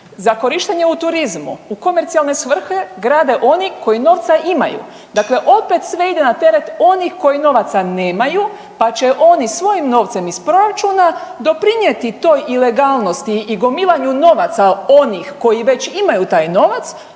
za korištenje u turizmu u komercionalne svrhe grade oni koji novca imaju, dakle opet sve ide na teret onih koji novaca nemaju, pa će oni svojim novcem iz proračuna doprinijeti toj ilegalnosti i gomilanju novaca onih koji već imaju taj novac